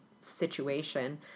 situation